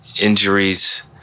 injuries